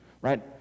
right